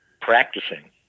practicing